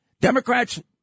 Democrats